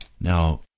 Now